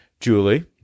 Julie